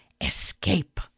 escape